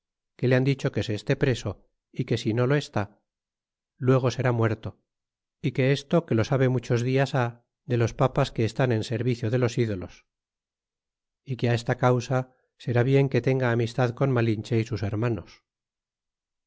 que le han dicho que se esté preso y que si no lo está luego será muerto y que esto que lo sabe muchos dias há de los papas que estan en servicio de los ídolos y que á esta causa será bien que tenga amistad con malinehe y sus hermanos